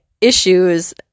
issues